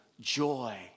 joy